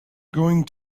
going